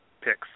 picks